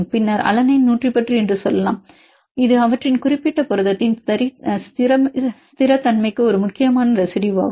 பின்னர் அலனைன் 110 என்று சொல்லலாம் இது அவற்றின் குறிப்பிட்ட புரதத்தின் ஸ்திரத்தன்மைக்கு ஒரு முக்கியமான ரெசிடுயுவாகும்